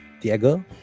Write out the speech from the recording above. Diego